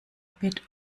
bit